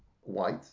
white